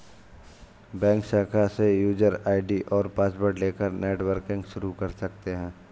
bank शाखा से user ID और पॉसवर्ड लेकर नेटबैंकिंग शुरू कर सकते है